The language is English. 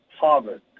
Harvard